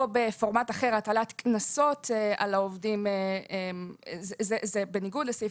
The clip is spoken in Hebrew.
או בפורמט אחר הטלת קנסות על העובדים זה בניגוד לסעיף